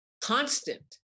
Constant